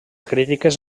crítiques